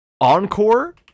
Encore